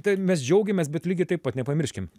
tai mes džiaugiamės bet lygiai taip pat nepamirškim